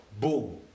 boom